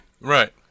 right